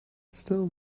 still